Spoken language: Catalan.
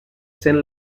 sent